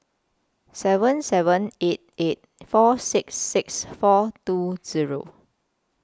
seven seven eight eight four six six four two Zero